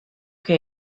que